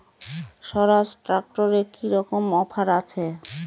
স্বরাজ ট্র্যাক্টরে কি রকম অফার আছে?